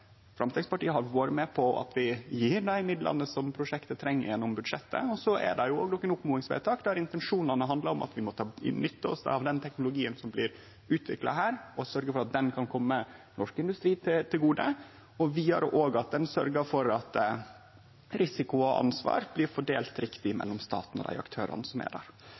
dei midlane som prosjektet treng, gjennom budsjettet. Så er det òg nokre oppmodingsvedtak der intensjonane handlar om at vi må nytte oss av den teknologien som blir utvikla her, og sørgje for at han kan kome norsk industri til gode, og vidare at ein òg sørgjer for at risiko og ansvar blir fordelt riktig mellom staten og dei aktørane som er der.